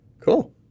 Cool